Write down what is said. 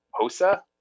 Hosa